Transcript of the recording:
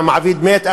המעביד מת,